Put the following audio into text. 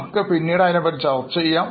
നമ്മൾ പിന്നീട് അതിനെപറ്റി ചർച്ച ചെയ്യാം